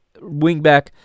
wingback